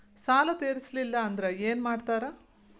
ಸಾಲ ತೇರಿಸಲಿಲ್ಲ ಅಂದ್ರೆ ಏನು ಮಾಡ್ತಾರಾ?